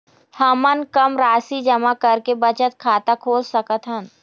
हमन कम राशि जमा करके बचत खाता खोल सकथन?